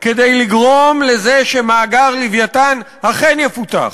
כדי לגרום לזה שמאגר "לווייתן" אכן יפותח.